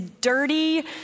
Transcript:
dirty